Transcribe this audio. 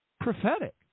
prophetic